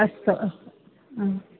अस्तु अस्तु